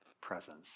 presence